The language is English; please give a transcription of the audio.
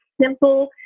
simple